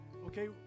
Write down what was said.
okay